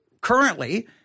Currently